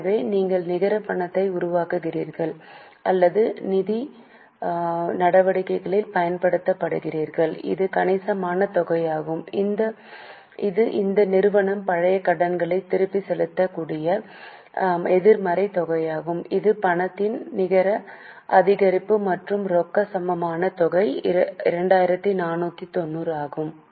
எனவே நீங்கள் நிகர பணத்தை உருவாக்குகிறீர்கள் அல்லது நிதி நடவடிக்கைகளில் பயன்படுத்தப்படுகிறீர்கள் இது கணிசமான தொகையாகும் இது இந்த நிறுவனம் பழைய கடன்களை திருப்பிச் செலுத்திய எதிர்மறைத் தொகையாகும் இது பணத்தின் நிகர அதிகரிப்பு மற்றும் ரொக்க சமமான தொகை 2490 ஆகும்